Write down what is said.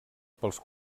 pels